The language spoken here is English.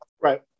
Right